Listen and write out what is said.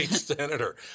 senator